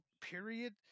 period